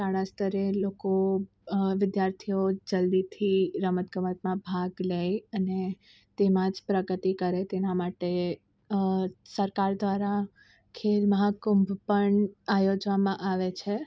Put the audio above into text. શાળા સ્તરે લોકો વિદ્યાર્થીઓ જલ્દીથી રમત ગમતમાં ભાગ લે અને તેમાં જ પ્રગતિ કરે તેના માટે સરકાર દ્વારા ખેલ મહાકુંભ પણ આયોજવામાં આવે છે